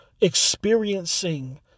experiencing